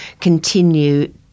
continue